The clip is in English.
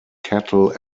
cattle